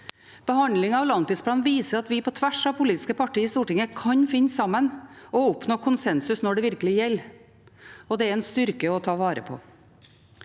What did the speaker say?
Behandlingen av langtidsplanen viser at vi på tvers av politiske partier i Stortinget kan finne sammen og oppnå konsensus når det virkelig gjelder, og det er en styrke å ta vare på.